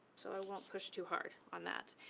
so i won't push too hard on that.